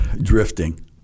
drifting